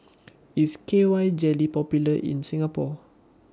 IS K Y Jelly Popular in Singapore